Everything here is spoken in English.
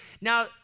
Now